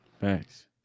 thanks